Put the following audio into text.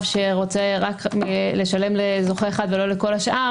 שרוצה רק לשלם לזוכה אחד ולא לכל השאר,